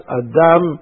adam